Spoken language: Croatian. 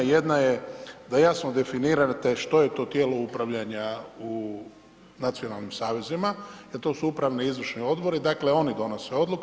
Jedna je da jasno definirate što je to tijelo upravljanja u nacionalnim savezima, jer to su upravni i izvršni odbori, dakle oni donose odluku.